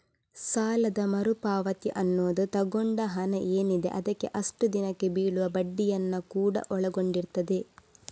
ಸಾಲದ ಮರು ಪಾವತಿ ಅನ್ನುದು ತಗೊಂಡ ಹಣ ಏನಿದೆ ಅದಕ್ಕೆ ಅಷ್ಟು ದಿನಕ್ಕೆ ಬೀಳುವ ಬಡ್ಡಿಯನ್ನ ಕೂಡಾ ಒಳಗೊಂಡಿರ್ತದೆ